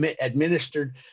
administered